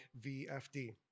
VFD